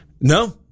No